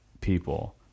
people